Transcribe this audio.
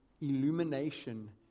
illumination